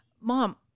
mom